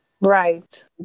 Right